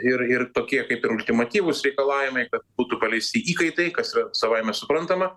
ir ir tokie kaip ir ultimatyvūs reikalavimai kad būtų paleisti įkaitai kas yra savaime suprantama